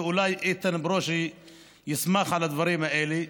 ואולי איתן ברושי ישמח על הדברים האלה,